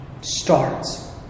starts